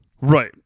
Right